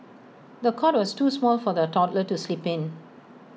the cot was too small for the toddler to sleep in